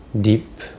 deep